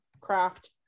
craft